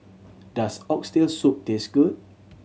does Oxtail Soup taste good